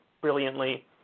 brilliantly